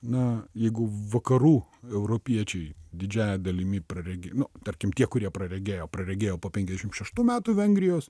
na jeigu vakarų europiečiai didžiąja dalimi praregi nu tarkim tie kurie praregėjo praregėjo po penkiasdešim šeštų metų vengrijos